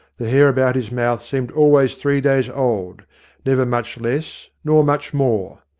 the hair about his mouth seemed always three days old never much less nor much more.